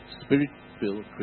spirit-filled